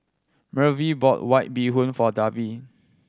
Maeve bought White Bee Hoon for Deven